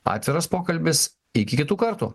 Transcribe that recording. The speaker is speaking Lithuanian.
atviras pokalbis iki kitų kartų